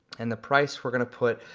and the price we're gonna put,